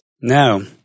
No